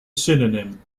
synonym